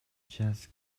just